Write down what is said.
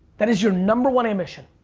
that is your number one ambition.